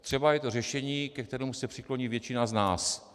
Třeba je to řešení, ke kterému se přikloní většina z nás.